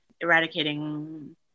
eradicating